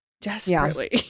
Desperately